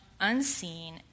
unseen